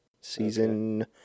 season